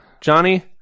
Johnny